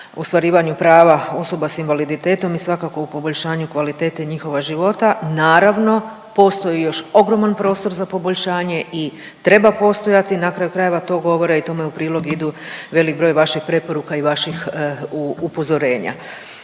ostvarivanju prava osoba s invaliditetom i svakako u poboljšanju kvalitete njihova života. Naravno, postoji još ogroman prostor za poboljšanje i treba postojati na kraju krajeva, to govore i tome u prilog idu velik broj vaših preporuka i vaših upozorenja.